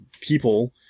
people